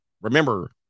Remember